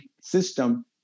system